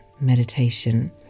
meditation